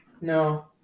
No